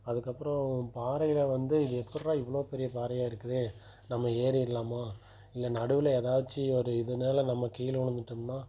அதுக்கப்புறம் பாறையில் வந்து இது எப்புடிறா இவ்வளோ பெரிய பாறையாக இருக்குதுதே நம்ம ஏறிடலாமா இல்லை நடுவில் ஏதாச்சும் ஒரு இதனால நம்ம கீழே விழுந்துட்டோம்னா